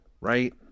Right